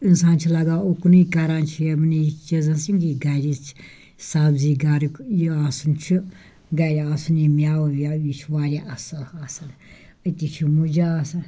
اِنسان چھِ لَگان اُکنُے کران چھِ یِمنٕے چیٖزَن سۭتۍ یِمنٕے گَرِچ سبزی گَریُک یہِ آسُن چھُ گَرِ آسُن یہِ مٮ۪وٕ وٮ۪وٕ یہِ چھِ واریاہ اَصٕل آسان أتی چھِ مُجہٕ آسان